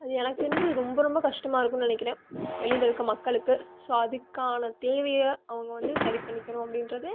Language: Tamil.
அது எனக்கு தெரிஞ்சி ரொம்ப ரொம்ப கஷ்டமாருக்குனு நினைக்கிறேன் வெளிலருக்க மக்களுக்கு ஸோ அதுக்கான தேவையை அவங்க வந்து சரிப்பண்ணிக்கணு அப்படின்றது